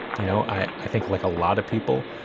you know, i i think like a lot of people,